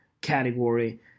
category